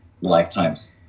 lifetimes